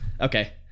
Okay